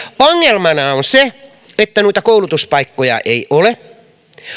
ongelmana on se että noita koulutuspaikkoja ei ole